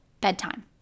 bedtime